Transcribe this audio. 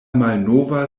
malnova